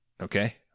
Okay